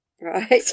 Right